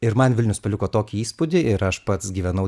ir man vilnius paliko tokį įspūdį ir aš pats gyvenau